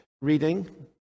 reading